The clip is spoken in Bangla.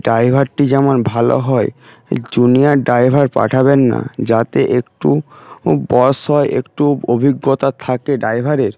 ড্রাইভারটি যেমন ভালো হয় জুনিয়ার ড্রাইভার পাঠাবেন না যাতে একটু বয়স হয় একটু অভিজ্ঞতা থাকে ড্রাইভারের